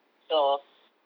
so